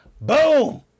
Boom